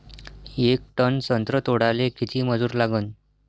येक टन संत्रे तोडाले किती मजूर लागन?